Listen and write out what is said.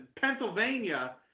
Pennsylvania